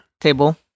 table